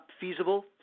feasible